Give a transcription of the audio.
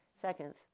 seconds